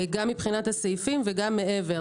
גם מבחינת הסעיפים וגם מעבר.